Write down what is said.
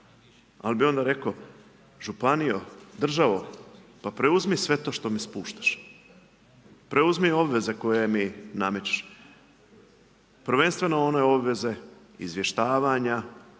ali bi onda rekao, županijo, državo, pa preuzmi sve to što mi spuštaš, preuzmi obveze koje mi namećeš, prvenstveno one obveze izvještavanja,